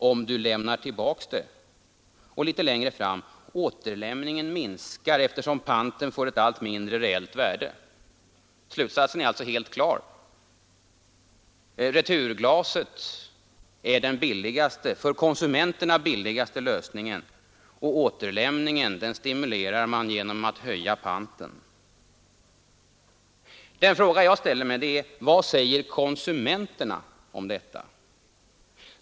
— Om Du lämnar tillbaka det!” Litet längre fram i texten står det: ”Återlämningen minskar eftersom panten får ett allt mindre reellt värde.” Slutsatsen är alltså helt klar. Returglaset är den för konsumenterna billigaste lösningen, och återlämningsbenägenheten stimulerar man genom att höja panten. Vad säger nu konsumenterna om detta?